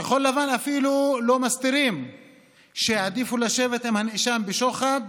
כחול לבן אפילו לא מסתירים שהעדיפו לשבת עם הנאשם בשוחד,